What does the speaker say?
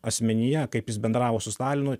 asmenyje kaip jis bendravo su stalinu